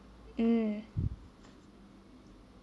mm